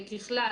ככלל,